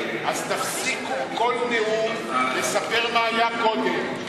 אז תפסיקו בכל נאום לומר מה היה קודם.